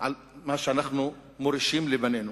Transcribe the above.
שאנחנו מורישים לבנינו.